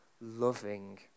loving